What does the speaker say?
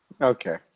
okay